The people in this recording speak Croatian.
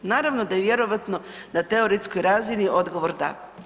Naravno da je vjerojatno na teoretskoj razini odgovor da.